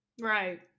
Right